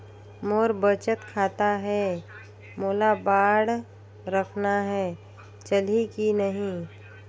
मोर बचत खाता है मोला बांड रखना है चलही की नहीं?